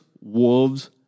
Wolves